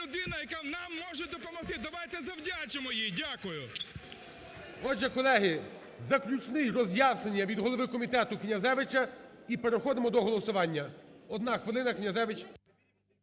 Отже, колеги заключне роз'яснення від голови комітету Князевича і переходимо до голосування. Одна хвилина, Князевич.